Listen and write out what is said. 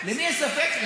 למי יש ספק?